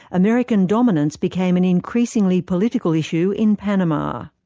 american dominance became an increasingly political issue in panama.